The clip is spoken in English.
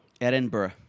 Edinburgh